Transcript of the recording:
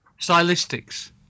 stylistics